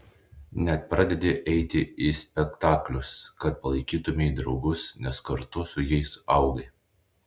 net pradedi eiti į spektaklius kad palaikytumei draugus nes kartu su jais augai